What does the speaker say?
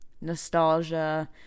nostalgia